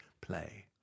play